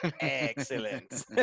Excellent